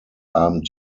abend